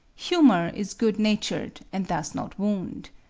humor is good-natured, and does not wound.